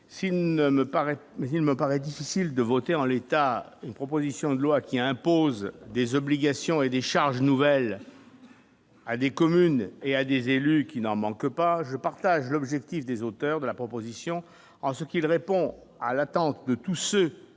il me paraît difficile de voter en l'état, une proposition de loi qui impose des obligations et des charges nouvelles. à des communes et à des élus qui n'en manque pas, je partage l'objectif des auteurs de la proposition, en ce qu'il répond à l'attente de tous ceux